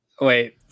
Wait